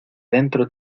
dentro